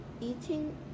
Eating